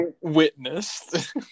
witnessed